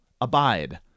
Abide